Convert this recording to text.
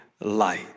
light